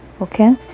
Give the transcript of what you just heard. okay